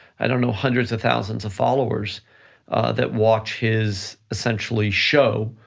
i don't know, hundreds of thousands of followers that watch his essentially show,